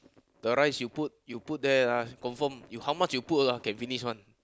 the rice you put you put there lah confirm you how much you put lah can finish [one]